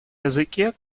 языке